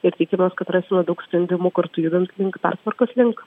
ir tikimės kad rasime daug sprendimų kartu judant pertvarkos link